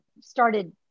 started